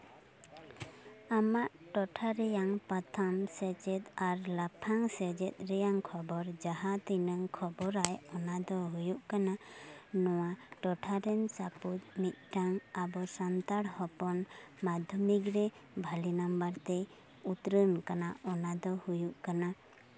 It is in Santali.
ᱟᱢᱟᱜ ᱴᱚᱴᱷᱟ ᱨᱮᱱᱟᱜ ᱯᱟᱛᱷᱟᱢ ᱥᱮᱪᱮᱫ ᱟᱨ ᱞᱟᱯᱷᱟᱝ ᱥᱮᱪᱮᱫ ᱨᱮᱭᱟᱝ ᱠᱷᱚᱵᱚᱨ ᱡᱟᱦᱟᱸ ᱛᱤᱱᱟᱹᱝ ᱠᱷᱚᱵᱚᱨᱟᱭ ᱚᱱᱟᱫᱚ ᱦᱩᱭᱩᱜ ᱠᱟᱱᱟ ᱱᱚᱣᱟ ᱴᱚᱴᱷᱟ ᱨᱮᱱ ᱥᱟᱯᱳᱡ ᱢᱤᱫᱴᱟᱝ ᱟᱵᱚ ᱥᱟᱱᱛᱟᱲ ᱦᱚᱯᱚᱱ ᱢᱟᱫᱽᱫᱷᱚᱢᱤᱠ ᱨᱮ ᱵᱷᱟᱞᱤ ᱱᱟᱢᱵᱟᱨ ᱛᱮᱭ ᱩᱛᱨᱟᱹᱱ ᱟᱠᱟᱱᱟ ᱚᱱᱟᱫᱚ ᱦᱩᱭᱩᱜ ᱠᱟᱱᱟ